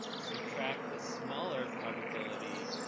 subtract the smaller probability